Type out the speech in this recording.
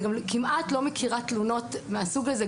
אני כמעט לא מכירה תלונות מהסוג הזה.